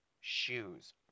shoes